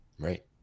Right